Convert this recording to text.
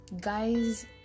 guys